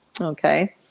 Okay